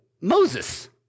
Moses